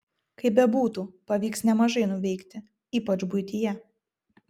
kaip bebūtų pavyks nemažai nuveikti ypač buityje